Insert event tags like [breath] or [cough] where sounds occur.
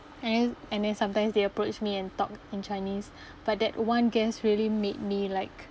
and then and then sometimes they approach me and talk in chinese [breath] but that one guest really made me like